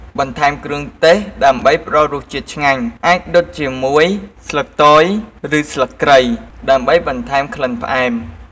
បន្ថែមគ្រឿងទេស ដើម្បីផ្តល់រសជាតិឆ្ងាញ់ អាចដុតជាមួយស្លឹកតយ ឬស្លឹកគ្រៃ ដើម្បីបន្ថែមក្លិនផ្អែម។